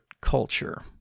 culture